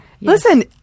Listen